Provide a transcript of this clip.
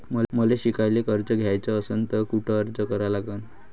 मले शिकायले कर्ज घ्याच असन तर कुठ अर्ज करा लागन?